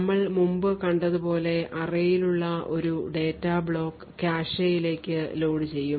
ഞങ്ങൾ മുമ്പ് കണ്ടതുപോലെ array യിലുള്ള ഒരു ഡാറ്റബ്ലോക്ക് കാഷെയിലേക്ക് ലോഡുചെയ്യും